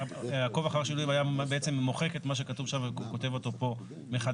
העקוב אחרי שינויים היה בעצם מוחק את מה שכתוב שם וכותב אותו פה מחדש.